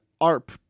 ARP